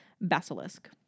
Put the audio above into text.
basilisk